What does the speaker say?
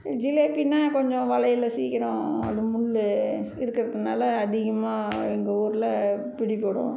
ஜிலேப்பின்னா கொஞ்சம் வலையில் சீக்கரம் அது முள்ளு இருக்கிறதுனால அதிகமாக எங்கள் ஊரில் பிடிப்படும்